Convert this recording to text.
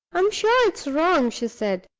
i'm sure it's wrong, she said,